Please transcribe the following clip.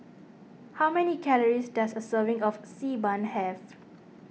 how many calories does a serving of Xi Ban have